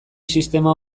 sistema